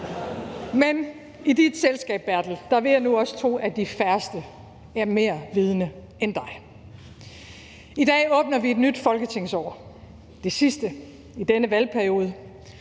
Men i dit selskab, Bertel, der vil jeg nu også tro, at de færreste er mere vidende end dig. Kl. 12:12 I dag åbner vi et nyt folketingsår, det sidste i denne valgperiode